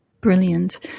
brilliant